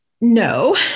No